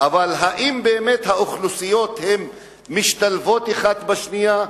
אבל האם באמת האוכלוסיות משתלבות אחת בשנייה?